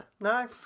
No